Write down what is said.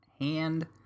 hand